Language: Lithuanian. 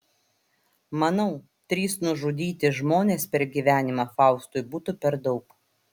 manau trys nužudyti žmonės per gyvenimą faustui būtų per daug